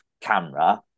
camera